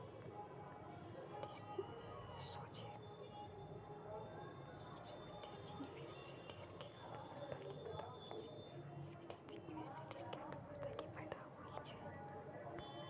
सोझे विदेशी निवेश से देश के अर्थव्यवस्था के फयदा होइ छइ